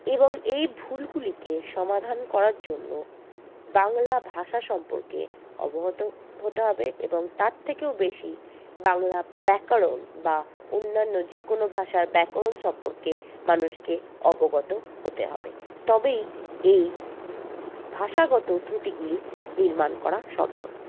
এবং এই ভুলগুলিকে সমাধান করার জন্য বাংলা ভাষা সম্পর্কে অবগত হতে হবে এবং তার থেকেও বেশি বাংলা ব্যাকরণ বা অন্যান্য ভাষার যে কোনো ভাষার ব্যাকরণ সম্পর্কে মানুষকে অবগত হতে হবে তবেই এই ভাষাগত ত্রুটিগুলি নির্মাণ করা সম্ভব